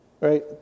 right